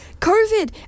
COVID